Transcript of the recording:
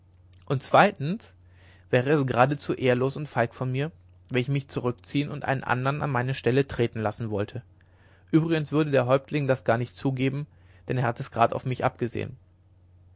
und zweitens wäre es geradezu ehrlos und feig von mir wenn ich mich zurückziehen und einen andern an meine stelle treten lassen wollte uebrigens würde der häuptling das gar nicht zugeben denn er hat es grad auf mich abgesehen